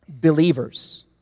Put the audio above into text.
Believers